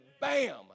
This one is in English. bam